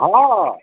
हॅं